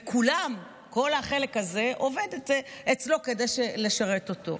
וכולם, כל החלק הזה, עובד אצלו כדי לשרת אותו.